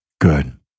Good